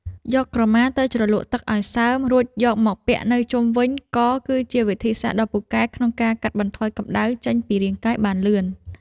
យកក្រមាទៅជ្រលក់ទឹកឱ្យសើមរួចយកមកពាក់នៅជុំវិញកគឺជាវិធីសាស្ត្រដ៏ពូកែក្នុងការកាត់បន្ថយកម្តៅចេញពីរាងកាយបានលឿន។